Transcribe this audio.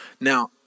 Now